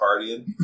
partying